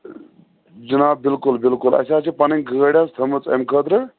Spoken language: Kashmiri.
جناب بالکُل بالکُل اسہِ حظ چھ پنٕنۍ گٲڑۍ حظ تھٲمٕژ امۍ خٲطرٕ